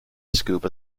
scuba